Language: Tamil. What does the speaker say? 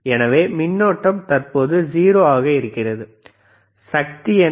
எனவே மின்னோட்டம் தற்போது 0 ஆக இருக்கிறது சக்தி என்ன